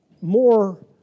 more